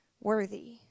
worthy